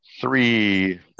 Three